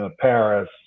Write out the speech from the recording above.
Paris